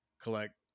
collect